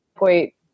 wait